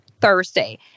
Thursday